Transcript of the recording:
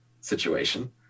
situation